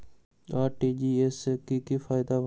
RTGS से की की फायदा बा?